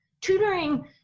Tutoring